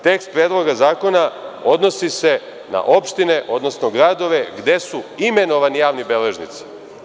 Tekst Predloga zakona odnosi se na opštine, odnosno gradove gde su imenovani javni beležnici.